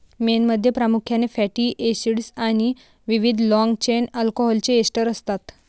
मेणमध्ये प्रामुख्याने fatty acids आणि विविध लाँग चेन अल्कोहोलचे एस्टर असतात